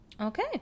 okay